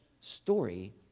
story